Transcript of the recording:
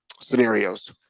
scenarios